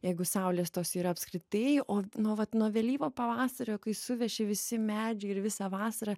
jeigu saulės tos yra apskritai o nuo vat nuo vėlyvo pavasario kai suveši visi medžiai ir visą vasarą